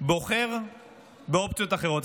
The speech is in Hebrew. בוחר באופציות אחרות.